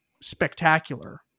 spectacular